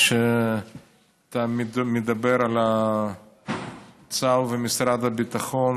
כשאתה מדבר על צה"ל ומשרד הביטחון,